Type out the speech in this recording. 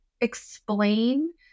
explain